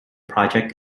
project